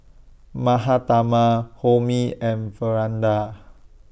Mahatma Homi and